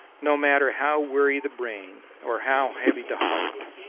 no matter how weary the brain or how heavy the heart.